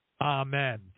amen